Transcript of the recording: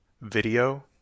video